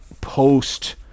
post